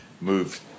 moved